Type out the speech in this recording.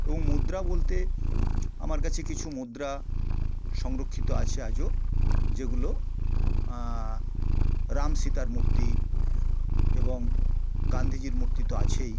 এবং মুদ্রা বলতে আমার কাছে কিছু মুদ্রা সংরক্ষিত আছে আজও যেগুলো রাম সীতার মূর্তি এবং গান্ধিজির মূর্তি তো আছেই